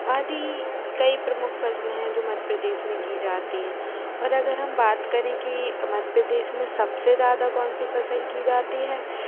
आदि कई प्रमुख फसलें हैं जो मध्य प्रदेश में की जाती हैं और अगर हम बात करें कि मध्य प्रदेश में सबसे ज़्यादा कौन सी फसल की जाती है